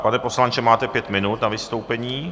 Pane poslanče, máte pět minut na vystoupení.